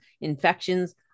infections